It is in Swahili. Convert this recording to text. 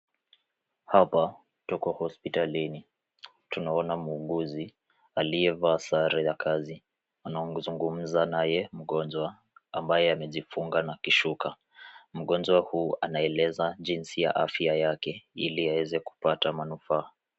Hapa tuko hospitalini. Tunaona muuguzi aliyevaa sare ya kazi. Anaozungumza naye mgonjwa, ambaye amejifunga na kishuka. Mgonjwa huu anaeleza jinsi ya afya yake, ili aeze kupata manufaa.